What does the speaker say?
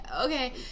okay